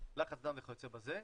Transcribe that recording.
לחץ דם וכיוצא בזה,